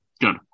Good